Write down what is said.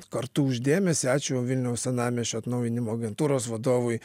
kartu už dėmesį ačiū vilniaus senamiesčio atnaujinimo agentūros vadovui